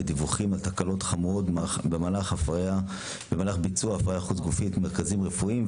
לדיווחים על תקלות חמורות במהלך ביצוע הפריה חוץ גופית במרכזים רפואיים,